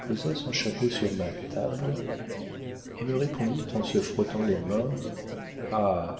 posa son chapeau sur ma table et me répondit en se frottant les mains ah